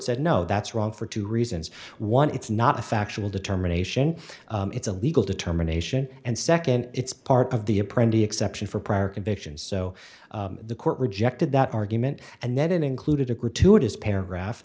said no that's wrong for two reasons one it's not a factual determination it's a legal determination and second it's part of the apprentice exception for prior convictions so the court rejected that argument and then it included a gratuitous paragraph